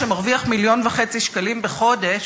שמרוויח מיליון וחצי שקלים בחודש,